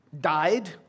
died